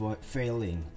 failing